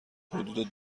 حدود